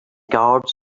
guards